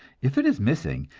if it is missing,